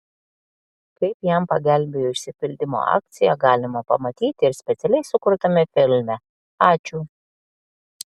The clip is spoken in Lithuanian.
kaip jam pagelbėjo išsipildymo akcija galima pamatyti ir specialiai sukurtame filme ačiū